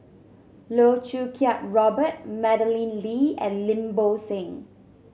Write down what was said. Loh Choo Kiat Robert Madeleine Lee and Lim Bo Seng